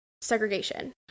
segregation